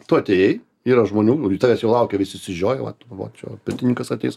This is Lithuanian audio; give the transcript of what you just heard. tu atėjai yra žmonių tavęs jau laukia visi išsižioję vat va čia pirtininkas ateis